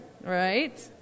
Right